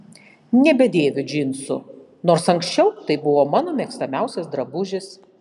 nebedėviu džinsų nors anksčiau tai buvo mano mėgstamiausias drabužis